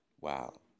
Wow